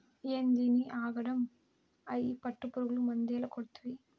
ఏందినీ ఆగడం, అయ్యి పట్టుపురుగులు మందేల కొడ్తివి